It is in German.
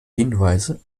hinweise